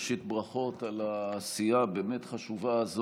ראשית, ברכות על העשייה החשובה באמת הזאת.